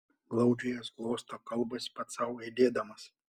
glaudžia jas glosto kalbasi pats sau aidėdamas